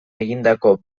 egindako